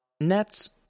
nets